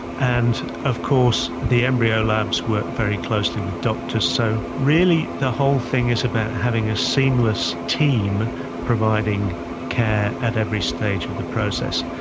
and of course the embryo labs work very closely with doctors. so really the whole thing is about having a seamless team providing care at every stage of the process.